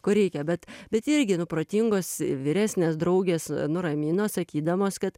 ko reikia bet bet irgi nu protingos vyresnės draugės nuramino sakydamos kad